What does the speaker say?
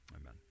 Amen